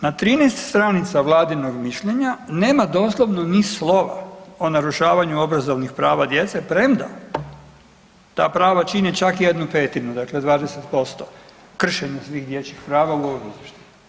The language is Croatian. Na 13 stranica Vladinog mišljenja nema doslovno ni slova o narušavanju obrazovnih prava djece premda ta prava čine čak 1/5 dakle 20% kršenja svih dječjih prava u ovom izvještaju.